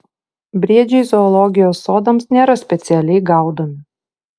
briedžiai zoologijos sodams nėra specialiai gaudomi